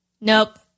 Nope